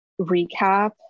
recap